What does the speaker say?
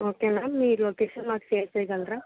okay ma'am మీ location మాకు share చేయగలరా